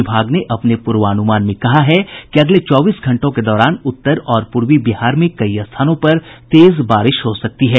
विभाग ने अपने पूर्वानुमान में कहा है कि अगले चौबीस घंटों के दौरान उत्तर और पूर्वी बिहार में कई स्थानों पर तेज बारिश हो सकती है